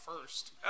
first